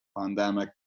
pandemic